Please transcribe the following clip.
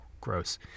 gross